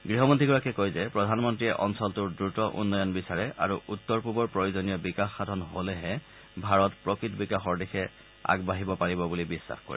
গহমন্ত্ৰীগৰাকীয়ে কয় যে প্ৰধানমন্ত্ৰীয়ে অঞ্চলটোৰ দ্ৰত উন্নয়ন বিচাৰে আৰু উত্তৰ পূবৰ প্ৰয়োজনীয় বিকাশ সাধন হলেহে ভাৰত প্ৰকৃত বিকাশৰ দিশে আগবাঢ়িব পাৰিব বুলি বিশ্বাস কৰে